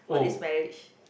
for this marriage